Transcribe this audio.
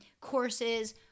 courses